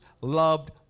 loved